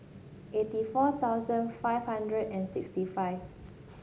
eighty four thousand five hundred and sixty five